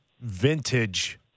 vintage